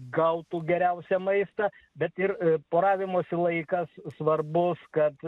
gautų geriausią maistą bet ir poravimosi laikas svarbus kad